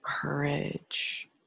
courage